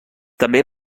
també